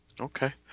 Okay